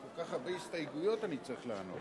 על כל כך הרבה הסתייגויות אני צריך לענות.